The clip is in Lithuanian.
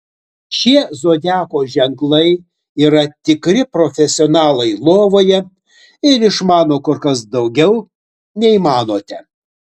šie zodiako ženklai yra tikri profesionalai lovoje ir išmano kur kas daugiau nei manote